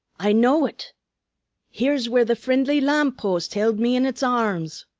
i know ut here's where the frindly lam'post hild me in its arrums.